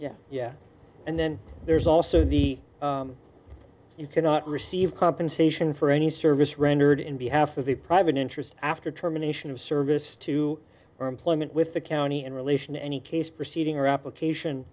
yeah yeah and then there's also the you cannot receive compensation for any service rendered in behalf of the private interest after terminations of service to our employment with the county in relation to any case proceeding or application